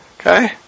Okay